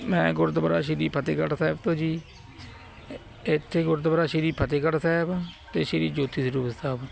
ਮੈਂ ਗੁਰਦੁਆਰਾ ਸ਼੍ਰੀ ਫਤਿਹਗੜ੍ਹ ਸਾਹਿਬ ਤੋਂ ਜੀ ਇੱਥੇ ਗੁਰਦੁਆਰਾ ਸ਼੍ਰੀ ਫਤਿਹਗੜ੍ਹ ਸਾਹਿਬ ਅਤੇ ਸ਼੍ਰੀ ਜੋਤੀ ਸਰੂਪ ਸਾਹਿਬ